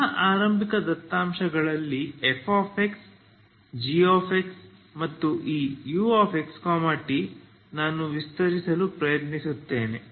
ಎಲ್ಲಾ ಆರಂಭಿಕ ದತ್ತಾಂಶಗಳಲ್ಲಿ f gx ಮತ್ತು ಈ uxt ನಾನು ವಿಸ್ತರಿಸಲು ಪ್ರಯತ್ನಿಸುತ್ತೇನೆ